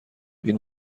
این